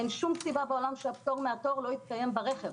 אין שום סיבה בעולם שהפטור מהתור לא הסתיים ברכב.